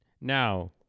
Now